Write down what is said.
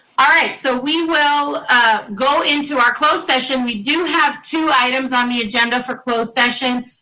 ah right, so we will go into our closed session. we do have two items on the agenda for closed session.